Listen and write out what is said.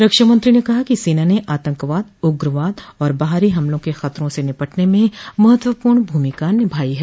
रक्षा मंत्री ने कहा कि सेना ने आतंकवाद उग्रवाद और बाहरी हमलों के खतरों से निपटने में महत्व पूर्ण भूमिका निभाई है